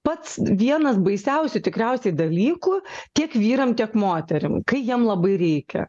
pats vienas baisiausių tikriausiai dalykų tiek vyram tiek moterim kai jiem labai reikia